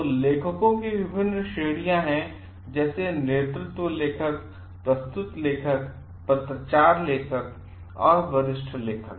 तो लेखकों की विभिन्न श्रेणियां हैं जैसेनेतृत्व लेखक प्रस्तुत लेखक पत्राचार लेखक और वरिष्ठ लेखक